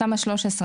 תמ"א 6/13,